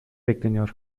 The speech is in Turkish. bekleniyor